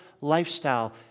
lifestyle